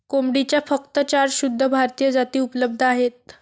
कोंबडीच्या फक्त चार शुद्ध भारतीय जाती उपलब्ध आहेत